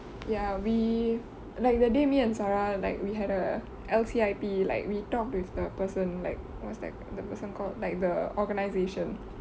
ya we like the day me and zara like we had a L_C_I_P like we talk with the person like what's that the person called like the organization